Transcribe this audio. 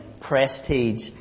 prestige